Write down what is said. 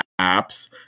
apps